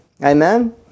Amen